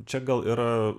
čia gal yra